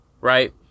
right